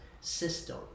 system